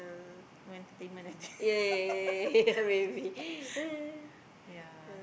no entertainment I think yeah